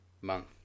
month